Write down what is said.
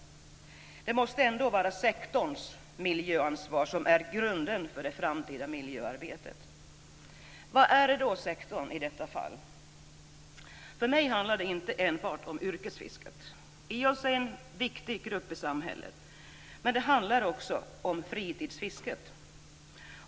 Det måste vara sektorns miljöansvar som är grunden för det framtida miljöarbetet. Vad är då sektorn i detta fall? För mig handlar det inte enbart om yrkesfisket, även om det i och för sig är en viktig del i samhället. Det handlar också om fritidsfisket.